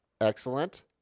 excellent